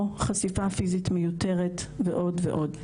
או חשיפה פיזית מיותרת, ועוד ועוד.